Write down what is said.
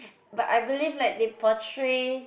but I believe like they portray